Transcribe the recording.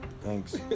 Thanks